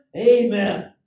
Amen